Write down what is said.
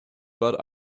but